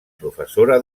professora